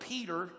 Peter